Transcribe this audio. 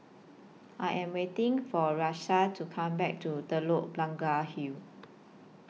I Am waiting For Rahsaan to Come Back to Telok Blangah Hill